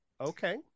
Okay